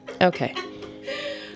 Okay